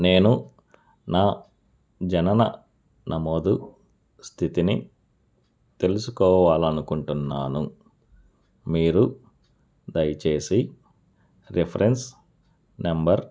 నేను నా జనన నమోదు స్థితిని తెలుసుకోవాలి అనుకుంటున్నాను మీరు దయచేసి రిఫరెన్స్ నెంబర్